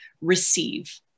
receive